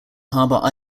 harbor